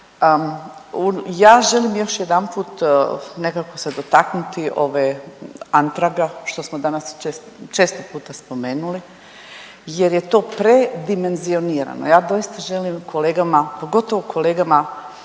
ja želim još jedanput nekako se dotaknuti ove antraga, što smo danas često puta spomenuli jer je to predimenzionirano. Ja doista želim kolegama, pogotovo kolegama